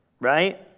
right